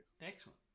Excellent